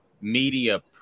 media